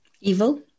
Evil